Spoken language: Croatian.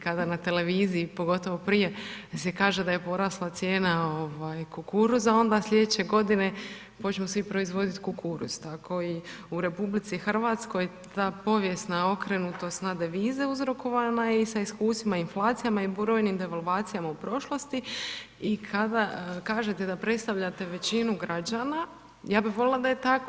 Kada na televiziji, pogotovo prije, se kaže da je porasla cijena kukuruza, onda sljedeće godine, počnu svi proizvoditi kukuruz, tako i u RH, ta povijesna okrenutost na devize, uzrokovana je i sa iskustvima inflacije i brojnim devalvacijama u prošlosti i kada kažete da predstavljate većinu građana, ja bi voljela da je tako.